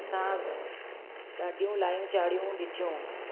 असां ॾाढियूं लाहियूं चढ़ियूं ॾिठियूं